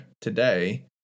today